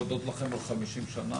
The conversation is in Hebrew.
להודות לכם על 50 שנה.